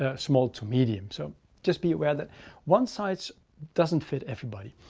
ah small to medium. so just be aware that one size doesn't fit everybody.